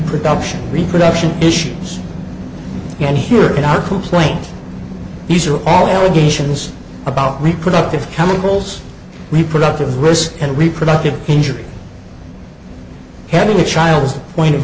reproduction reproduction issues and here in our complaint these are all allegations about reproductive chemicals reproductive risk and reproductive injury having a child is the point of